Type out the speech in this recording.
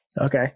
Okay